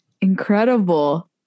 Incredible